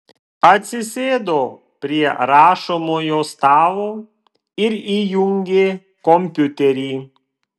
atsisėdo prie rašomojo stalo ir įjungė kompiuterį